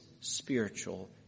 spiritual